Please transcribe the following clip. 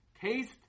taste